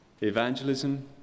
evangelism